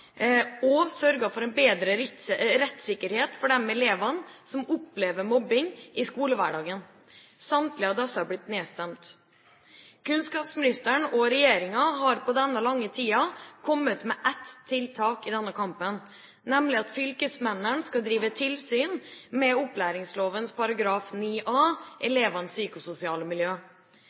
og sørget for en bedre rettssikkerhet for de elevene som opplever mobbing i skolehverdagen. Samtlige av disse har blitt nedstemt. Kunnskapsministeren og regjeringa har i løpet av denne lange tiden kommet med ett tiltak i denne kampen, nemlig at fylkesmennene skal drive tilsyn med opplæringsloven § 9a, elevenes psykososiale miljø.